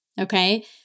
okay